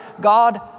God